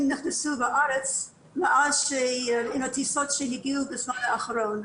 נכנסו לארץ מאז הטיסות שהגיעו בזמן האחרון.